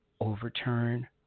overturn